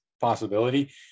possibility